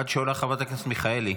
עד שעולה חברת הכנסת מיכאלי,